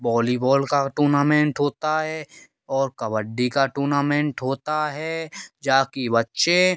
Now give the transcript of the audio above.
volleyball का tournament होता है और कबड्डी का टूर्नामेंट होता है जाकि बच्चे